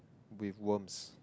with warms